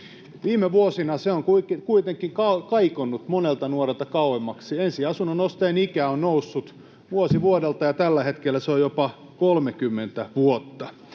Viime vuosina se on kuitenkin kaikonnut monelta nuorelta kauemmaksi. Ensiasunnon ostajien ikä on noussut vuosi vuodelta, ja tällä hetkellä se on jopa 30 vuotta.